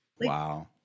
Wow